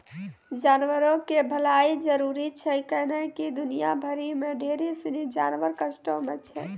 जानवरो के भलाइ जरुरी छै कैहने कि दुनिया भरि मे ढेरी सिनी जानवर कष्टो मे छै